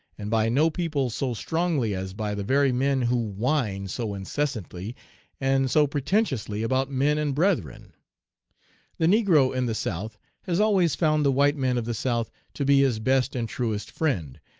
and by no people so strongly as by the very men who whine so incessantly and so pretentiously about men and brethren the negro in the south has always found the white man of the south to be his best and truest friend,